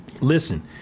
listen